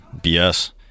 BS